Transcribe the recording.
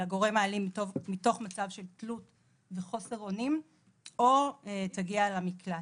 לא תחזור לגורם האלים מתוך מצב של תלות וחוסר אונים או תגיע למקלט.